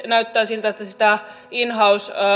näyttää siltä että todennäköisesti sitä in house